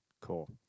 Cool